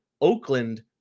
Oakland